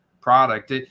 product